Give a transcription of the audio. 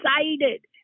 excited